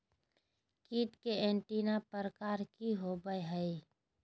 कीट के एंटीना प्रकार कि होवय हैय?